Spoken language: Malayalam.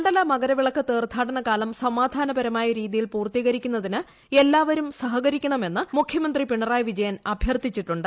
മണ്ഡല മകരവിളക്ക് തീർത്ഥാടനകാലം സമാധാനപരമായ രീതിയിൽ പൂർത്തീകരിക്കുന്നതിന് എല്ലാവരും സഹകരിക്കണമെന്ന് മുഖ്യമന്ത്രി പിണറായി വിജയൻ അഭ്യർത്ഥിച്ചിട്ടുണ്ട്